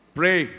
pray